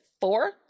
four